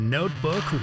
Notebook